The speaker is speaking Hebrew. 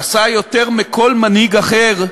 עשה יותר מכל מנהיג אחר,